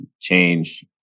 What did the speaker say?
change